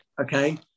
okay